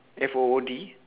F O O D